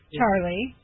Charlie